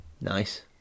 Nice